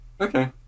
okay